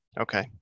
Okay